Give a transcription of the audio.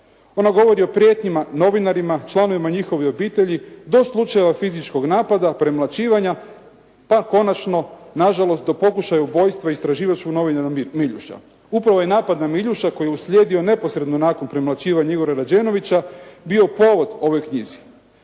Ona govori o prijetnjama novinarima, članovima njihovih obitelji do slučajeva fizičkog napada, premlaćivanja pa konačno nažalost do pokušaja ubojstva … /Govornik se ne razumije./ … novinara Miljuša. Upravo je napad na Miljuša koji je uslijedio neposredno nakon premlaćivanja Igora Rađenovića bio povod ovoj knjizi.